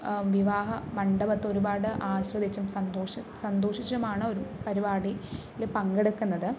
വിവാഹമണ്ഡപത്തില് ഒരുപാട് ആസ്വദിച്ചും സന്തോഷി സന്തോഷിച്ചും ആണ് പരിപാടിയില് പങ്കെടുക്കുന്നത്